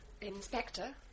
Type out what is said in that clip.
Inspector